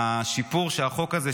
שהשיפור של החוק הזה,